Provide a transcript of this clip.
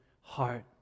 heart